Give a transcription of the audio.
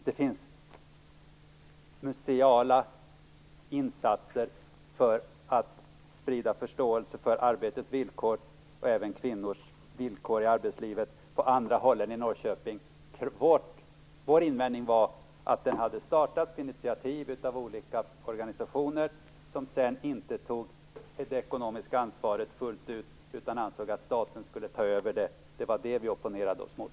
Det görs museala insatser för att sprida förståelse för arbetets villkor och även för kvinnors villkor i arbetslivet på andra håll än i Norrköping. Vår invändning var att det hade tagits initiativ av olika organisationer, som sedan inte tog det ekonomiska ansvaret fullt ut utan ansåg att staten skulle ta över det. Det var det vi opponerade oss mot.